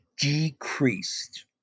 decreased